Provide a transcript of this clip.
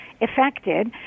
affected